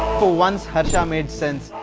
for once harsha ah made sense.